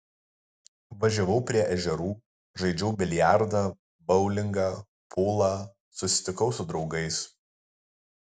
važiavau prie ežerų žaidžiau biliardą boulingą pulą susitikau su draugais